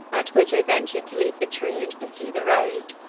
at which i ventured to leave the tree and pursue the road,